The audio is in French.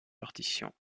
partition